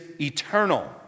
eternal